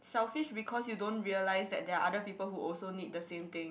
selfish because you don't realize that there are other people who also need the same thing